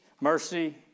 mercy